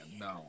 No